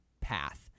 path